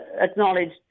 acknowledged